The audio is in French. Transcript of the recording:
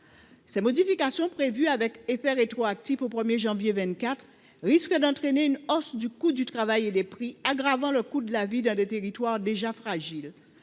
qu’elles aient un effet rétroactif au 1 janvier 2024, risquent d’entraîner une hausse du coût du travail et des prix, aggravant le coût de la vie dans des territoires déjà fragiles.